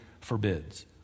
forbids